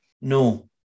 No